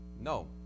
no